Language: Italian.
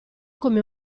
come